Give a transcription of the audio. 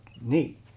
Neat